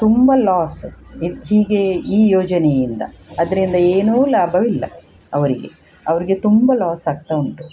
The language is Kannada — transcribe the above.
ತುಂಬ ಲಾಸ್ ಇದು ಹೀಗೇ ಈ ಯೋಜನೆಯಿಂದ ಅದರಿಂದ ಏನೂ ಲಾಭವಿಲ್ಲ ಅವರಿಗೆ ಅವ್ರಿಗೆ ತುಂಬ ಲಾಸ್ ಆಗ್ತಾ ಉಂಟು